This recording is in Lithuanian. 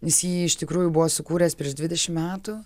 jis jį iš tikrųjų buvo sukūręs prieš dvidešimt metų